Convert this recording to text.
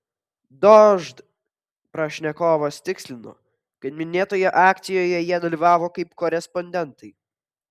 dožd pašnekovas patikslino kad minėtoje akcijoje jie dalyvavo kaip korespondentai